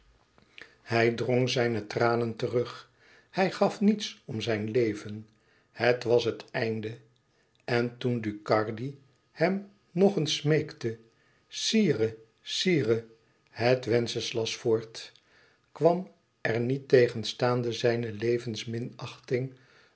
hij drong zijne tranen terug hij gaf niets om zijn leven het was het einde en toen ducardi hem nog eens smeekte sire sire wenceslasfort kwam er niettegenstaande zijne